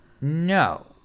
No